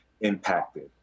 impacted